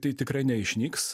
tai tikrai neišnyks